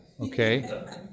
Okay